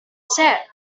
said